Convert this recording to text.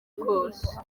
kose